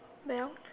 melt